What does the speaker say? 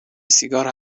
سیگار